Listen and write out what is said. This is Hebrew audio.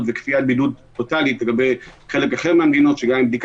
אם זה בגלל נסיבות משפחתיות או בריאותיות לא משנה מה ועוד מעט